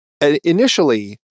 initially